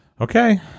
Okay